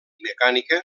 mecànica